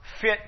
fit